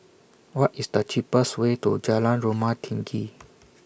What IS The cheapest Way to Jalan Rumah Tinggi